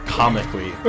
comically